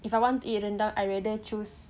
if I want to eat rendang I rather choose